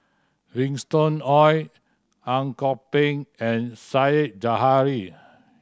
Winston Oh Ang Kok Peng and Said Zahari